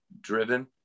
driven